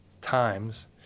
times